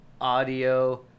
audio